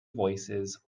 voices